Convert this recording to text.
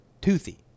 Toothy